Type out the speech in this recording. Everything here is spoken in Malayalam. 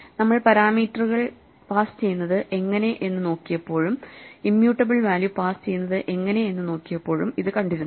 നമ്മൾ പാരാമീറ്ററുകൾ പാസ് ചെയ്യുന്നത് എങ്ങിനെ എന്ന് നോക്കിയപ്പോഴും ഇമ്മ്യൂട്ടബ്ൾ വാല്യൂ പാസ് ചെയ്യുന്നത് എങ്ങിനെ എന്ന് നോക്കിയപ്പോഴും ഇത് കണ്ടിരുന്നു